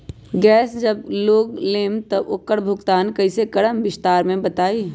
Gas जब हम लोग लेम त उकर भुगतान कइसे करम विस्तार मे बताई?